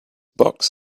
box